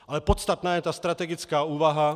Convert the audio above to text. Ale podstatná je ta strategická úvaha.